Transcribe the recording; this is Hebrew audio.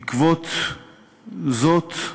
בעקבות זאת,